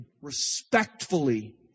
respectfully